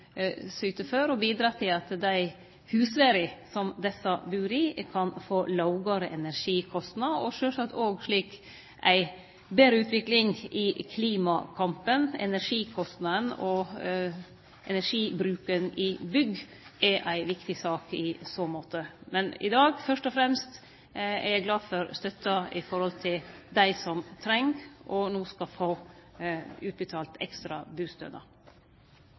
for å bidra til at dei husværa som desse bur i, kan få lågare energikostnader, noko som sjølvsagt også vil gi ei betre utvikling i klimakampen. Energikostnadene og energibruken i bygg er ei viktig sak i så måte. Men i dag er eg fyrst og fremst glad for støtta til dei som treng og no skal få utbetalt ekstra